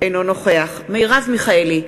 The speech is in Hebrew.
אינו נוכח מרב מיכאלי,